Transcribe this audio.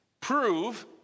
prove